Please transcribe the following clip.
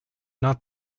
not